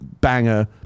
banger